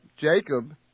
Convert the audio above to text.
Jacob